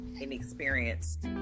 inexperienced